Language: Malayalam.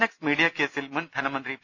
എക്സ് മീഡിയ കേസിൽ മുൻ ധനമന്ത്രി പി